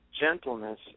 gentleness